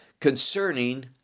concerning